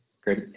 Great